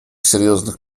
серьезных